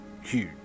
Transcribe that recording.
huge